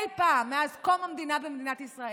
אי פעם, מאז קום המדינה במדינת ישראל.